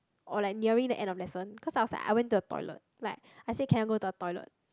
or like nearing the end of lesson cause I was like I went to the toilet like I say can I go to the toilet